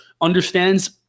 understands